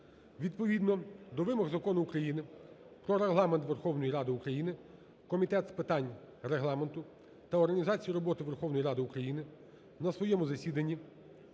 Відповідно до вимог Закону України "Про Регламент Верховної Ради України" Комітет з питань Регламенту та організації роботи Верховної Ради України на своєму засіданні